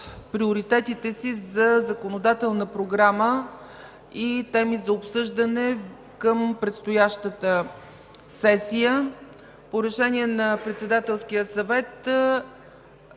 приоритетите Ви за законодателна програма и теми за обсъждане в предстоящата сесия. По решение на Председателския съвет